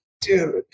dude